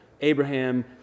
Abraham